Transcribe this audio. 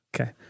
Okay